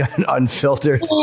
Unfiltered